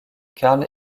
carl